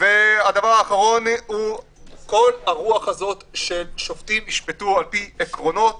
כל הרוח ששופטים ישפטו לפי עקרונות